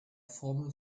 formel